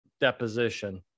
deposition